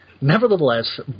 Nevertheless